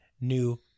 new